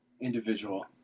individual